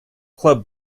club